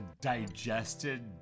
digested